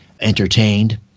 entertained